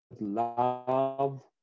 love